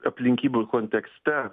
aplinkybių kontekste